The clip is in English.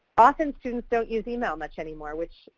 often, students don't use email much anymore, which,